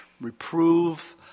reprove